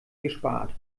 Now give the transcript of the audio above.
gespart